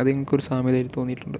അത് ഞങ്ങക്ക് ഒരു സാമ്യമായിട്ടു തോന്നിയിട്ടുണ്ട്